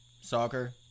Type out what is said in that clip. soccer